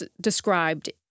described